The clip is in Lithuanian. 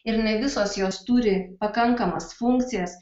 ir ne visos jos turi pakankamas funkcijas